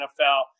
NFL